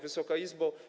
Wysoka Izbo!